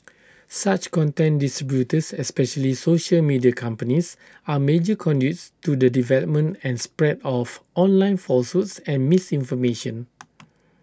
such content distributors especially social media companies are major conduits to the development and spread of online falsehoods and misinformation